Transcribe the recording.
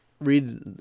read